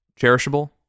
cherishable